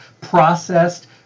processed